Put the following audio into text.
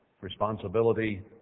responsibility